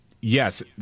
yes